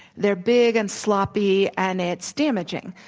they're big and sloppy and it's damaging.